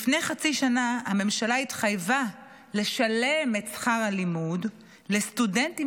לפני חצי שנה הממשלה התחייבה לשלם את שכר הלימוד לסטודנטים